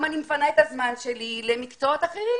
אני מפנה את הזמן שלי למקצועות אחרים.